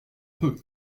peu